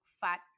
fat